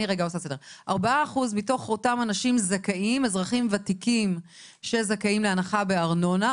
מתוך אותם אזרחים ותיקים שזכאים להנחה בארנונה,